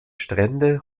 strände